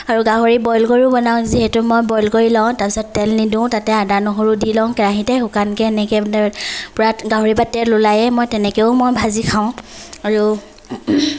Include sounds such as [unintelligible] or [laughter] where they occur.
আৰু গাহৰি বইল কৰিও বনাওঁ যিহেতু মই বইল কৰি লওঁ তাৰপিছত তেল নিদিওঁ তাতে আদা নহৰু দি লওঁ কেৰাহিতে শুকানকে এনেকে [unintelligible] পূৰা গাহৰিৰ পৰা তেল ওলায়েই মই তেনেকেও মই ভাজি খাওঁ আৰু